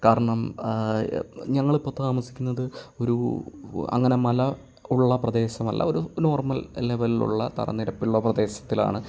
കാരണം ഞങ്ങൾ ഇപ്പം താമസിക്കുന്നത് ഒരു അങ്ങനെ മല ഉള്ള പ്രദേശമല്ല ഒരു നോർമൽ ലെവലിലുള്ള തറനിരപ്പ് ഉള്ള പ്രദേശത്തിലാണ്